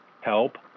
help